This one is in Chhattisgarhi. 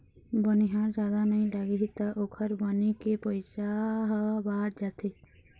बनिहार जादा नइ लागही त ओखर बनी के पइसा ह बाच जाथे